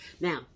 Now